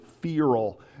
feral